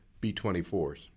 B-24s